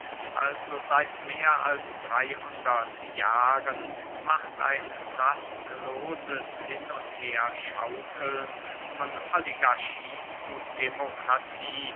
also seit mehr als dreyhundert jahren macht ein rastloses hin und herschaukeln von oligarchie zu demokratie